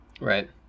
Right